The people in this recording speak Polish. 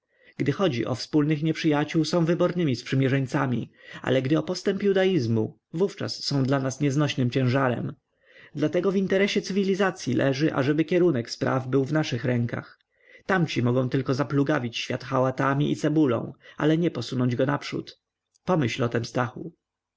gdy chodzi o wspólnych nieprzyjaciół są wybornymi sprzymierzeńcami ale gdy o postęp judaizmu wówczas są dla nas nieznośnym ciężarem dlatego w interesie cywilizacyi leży ażeby kierunek spraw był w naszych rękach tamci mogą tylko zaplugawić świat chałatami i cebulą ale nie posunąć go naprzód pomyśl o tem stachu